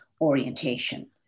orientation